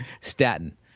statin